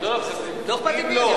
לא אכפת לי פנים,